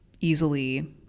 easily